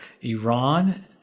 Iran